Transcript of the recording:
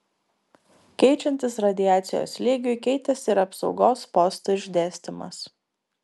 keičiantis radiacijos lygiui keitėsi ir apsaugos postų išdėstymas